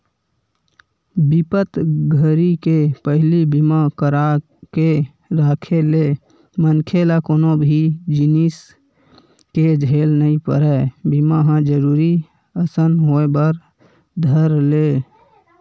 बिपत घरी के पहिली बीमा करा के राखे ले मनखे ल कोनो भी जिनिस के झेल नइ परय बीमा ह जरुरी असन होय बर धर ले